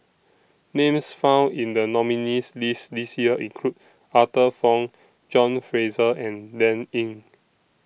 Names found in The nominees' list This Year include Arthur Fong John Fraser and Dan Ying